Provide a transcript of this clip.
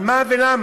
על מה ולמה?